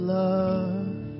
love